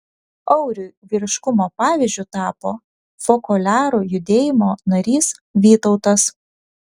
auriui vyriškumo pavyzdžiu tapo fokoliarų judėjimo narys vytautas